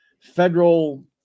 federal